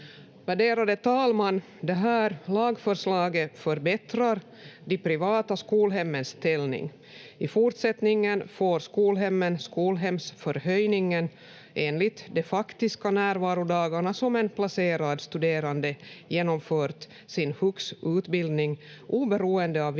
Värderade talman! Det här lagförslaget förbättrar de privata skolhemmens ställning. I fortsättningen får skolhemmen skolhemsförhöjningen enligt de faktiska närvarodagarna som en placerad studerande genomfört sin HUX-utbildning, oberoende av